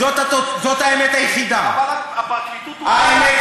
זאת האמת היחידה.